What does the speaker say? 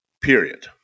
period